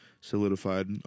solidified